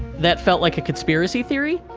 that felt like a conspiracy theory.